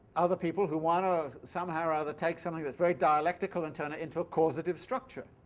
other people who want to somehow or other take something that's very dialectical and turn it into a causative structure.